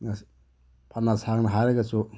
ꯐꯅ ꯁꯥꯡꯅ ꯍꯥꯏꯔꯒꯁꯨ